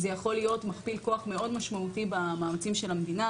זה יכול להיות מכפיל כוח מאוד משמעותי במאמצים של המדינה.